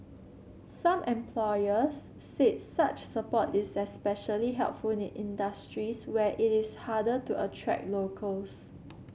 some employers said such support is especially helpful in industries where it is harder to attract locals